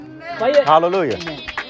Hallelujah